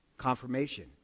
confirmation